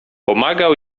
pomagał